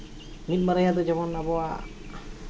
ᱢᱤᱫ ᱵᱟᱨᱭᱟ ᱫᱚ ᱡᱮᱢᱚᱱ ᱟᱵᱚᱣᱟᱜ